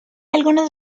algunas